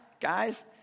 guys